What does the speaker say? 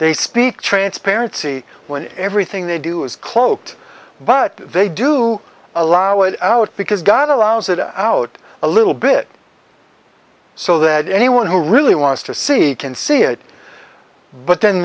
they speak transparency when everything they do is cloaked but they do allow it out because god allows it out a little bit so that anyone who really wants to see can see it but then